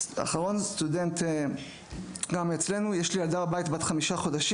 האחרון גם סטודנט אצלנו: "יש לי ילדה בבית בת 5 חודשים.